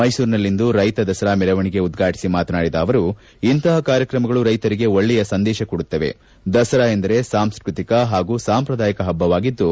ಮೈಸೂರಿನಲ್ಲಿಂದು ರೈತ ದಸರಾ ಮೆರವಣಿಗೆ ಉದ್ಘಾಟಿಸಿ ಮಾತನಾಡಿದ ಅವರು ಇಂತಹ ಕಾರ್ಯಕ್ರಮಗಳು ರೈತರಿಗೆ ಒಳ್ಳೆಯ ಸಂದೇಶ ಕೊಡುತ್ತವೆ ದಸರಾ ಎಂದರೆ ಸಾಂಸ್ಕತಿಕ ಹಾಗೂ ಸಾಂಪ್ರದಾಯಿಕ ಹಬ್ಬವಾಗಿದ್ದು